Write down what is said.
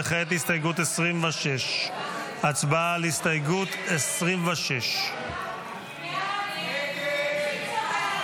וכעת הסתייגות 26. הצבעה על הסתייגות 26. הסתייגות 26 לא נתקבלה.